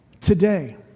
Today